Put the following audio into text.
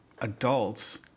adults